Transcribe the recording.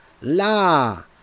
La